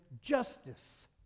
justice